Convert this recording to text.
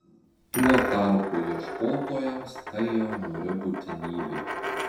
tuo tarpu ieškotojams tai jau niūri būtinybė